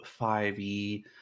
5e